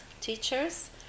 teachers